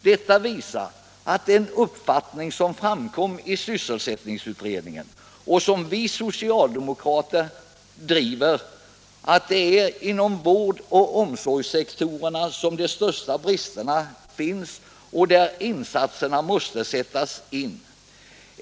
Detta ger belägg för den uppfattning som framkom i sysselsättningsutredningen och som vi socialdemokrater har drivit, nämligen att det är inom vård och omsorgssektorerna som de största bristerna finns och att det är där som insatserna måste sättas in.